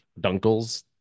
dunkles